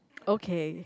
okay